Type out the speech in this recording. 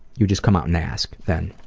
you just come out and ask, than